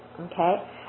Okay